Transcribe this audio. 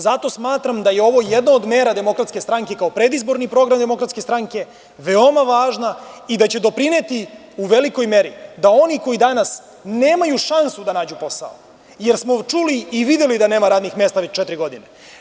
Zato smatram da je ovo jedna od mera Demokratske stranke kao predizborni program Demokratske stranke, veoma važna i da će doprineti u velikoj meri da oni koji danas nemaju šansu da nađu posao, jer smo čuli i videli da nema radnih mesta već četiri godine.